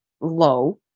low